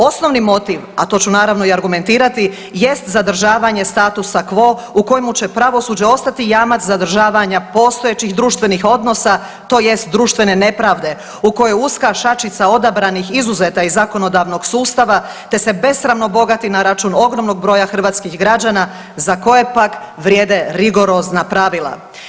Osnovni motiv, a to ću naravno i argumentirati jest zadržavanje statusa quo u kojem će pravosuđe ostati jamac zadržavanja postojećih društvenih odnosa tj. društvene nepravde u kojoj je uska šačica odabranih izuzeta iz zakonodavnog sustava te se besramno bogati na račun ogromnog broja hrvatskih građana za koje pak vrijede rigorozna pravila.